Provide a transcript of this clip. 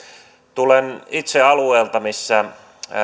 tulen itse alueelta missä